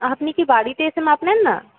আপনি কি বাড়িতে এসে মাপ নেন না